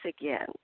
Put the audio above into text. again